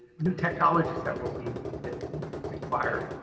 new technologies that will be yeah required?